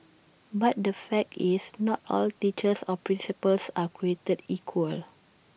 but the fact is not all teachers or principals are created equal